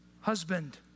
husband